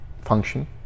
function